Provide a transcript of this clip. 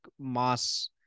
mass